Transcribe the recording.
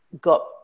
got